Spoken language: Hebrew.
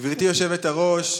גברתי היושבת-ראש,